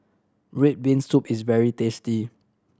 red bean soup is very tasty